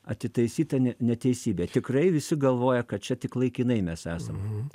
atitaisyta ne neteisybė tikrai visi galvoja kad čia tik laikinai mes esam